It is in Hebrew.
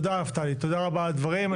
תודה נפתלי, תודה רבה על הדברים.